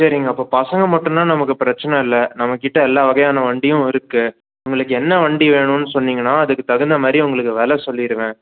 சரிங்க அப்போ பசங்க மட்டுன்னா நமக்கு பிரச்சனை இல்லை நம்மக்கிட்ட எல்லா வகையான வண்டியும் இருக்கு உங்களுக்கு என்னா வண்டி வேணுன்னு சொன்னிங்கன்னா அதுக்கு தகுந்த மாதிரி உங்களுக்கு வில சொல்லிருவேன்